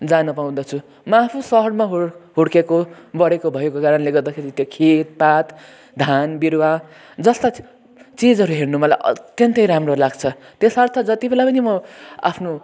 जान पाउँदछु म आफु सहरमा हुर् हुर्केको बढेको भएको कारणले गर्दाखेरि त्यो खेत पात धान बिरुवा जस्ता चिजहरू हेर्न मलाई अत्यन्तै राम्रो लाग्छ त्यसर्थ जति बेला पनि म आफ्नो